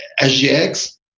SGX